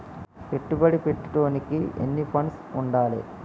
పెట్టుబడి పెట్టేటోనికి ఎన్ని ఫండ్స్ ఉండాలే?